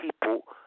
people